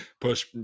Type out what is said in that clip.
push